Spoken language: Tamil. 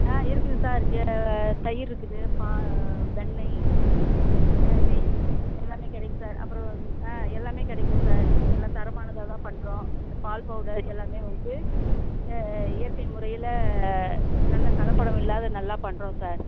ஆ இருக்குங்க சார் இங்கே தயிர் இருக்குது பா வெண்ணெய் நெய் எல்லாமே கிடைக்கும் சார் அப்புறம் இது ஆ எல்லாமே கிடைக்குங்க சார் எல்லாம் தரமானதாக தான் பண்ணுறோம் இந்த பால் பவுடர் எல்லாமே வந்து இயற்கை முறையில் நல்ல கலப்படம் இல்லாத நல்லா பண்ணுறோம் சார்